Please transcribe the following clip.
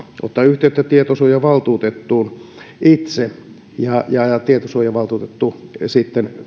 itse yhteyttä tietosuojavaltuutettuun ja ja tietosuojavaltuutettu sitten